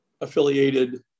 affiliated